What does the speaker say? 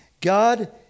God